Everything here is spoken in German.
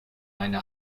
eine